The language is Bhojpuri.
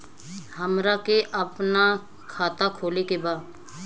हमरा के अपना खाता खोले के बा?